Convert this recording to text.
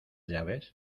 llaves